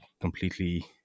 completely